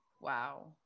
wow